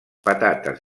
patates